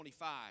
25